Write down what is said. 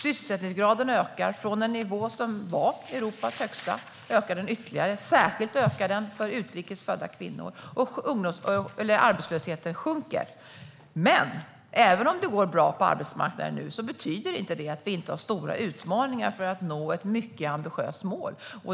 Sysselsättningsgraden har ökat från en nivå som redan var Europas högsta. Nu ökar den ytterligare. Särskilt ökar den för utrikes födda kvinnor. Arbetslösheten sjunker. Men även om det går bra på arbetsmarknaden betyder det inte att vi inte har stora utmaningar för att nå ett mycket ambitiöst mål.